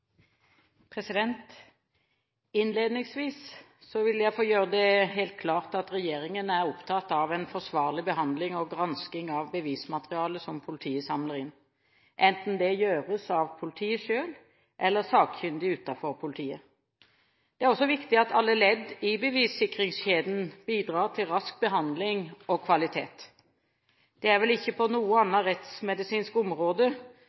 Fremskrittspartiet. Innledningsvis vil jeg gjøre det helt klart at regjeringen er opptatt av en forsvarlig behandling og gransking av bevismateriale som politiet samler inn, enten det gjøres av politiet selv eller sakkyndige utenfor politiet. Det er også viktig at alle ledd i bevissikringskjeden bidrar til rask behandling og kvalitet. Det er vel ikke på noe annet rettsmedisinsk område,